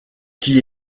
qui